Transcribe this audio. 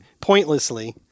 Pointlessly